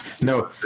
No